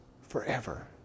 forever